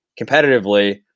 competitively